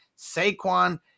Saquon